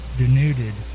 denuded